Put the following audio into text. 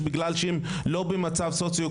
יש שם כמות הכי גדולה של מהנדסים הם לא נשארים בנגב,